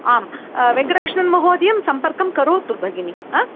आं वेङ्कटकृष्णन् महोदयं सम्पर्कं करोतु भगिनि ह